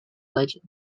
legend